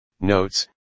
notes